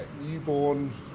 newborn